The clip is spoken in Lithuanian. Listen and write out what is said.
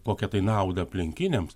kokią tai naudą aplinkiniams